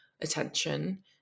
attention